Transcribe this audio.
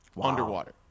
underwater